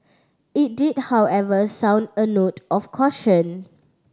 it did however sound a note of caution